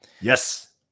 Yes